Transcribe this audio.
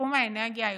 בתחום האנרגיה הירוקה.